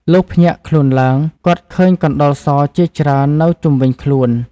លុះភ្ញាក់ខ្លួនឡើង គាត់ឃើញកណ្តុរសជាច្រើន នៅ ជុំវិញខ្លួន ។